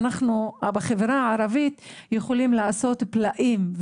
בחברה הערבית אנחנו יכולים לעשות פלאים.